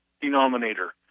denominator